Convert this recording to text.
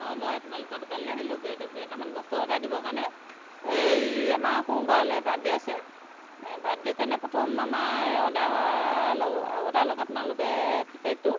অঁ মই আপোনালোকৰ দোকানলৈ আহিলোঁ কেইটো কেইটামান বস্তু অৰ্ডাৰ দিবৰ কাৰণে এই আমাৰ সোমবাৰলৈ বাৰ্থডে আছে বাৰ্থডে কাৰণে প্ৰথম আমাৰ অৰ্ডাৰ ল'ব আৰু এটা লওক আপোনালোকে কেকটো